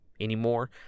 anymore